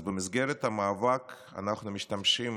אז במסגרת המאבק אנחנו משתמשים